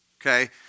Okay